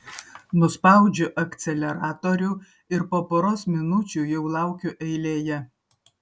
nuspaudžiu akceleratorių ir po poros minučių jau laukiu eilėje